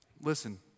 Listen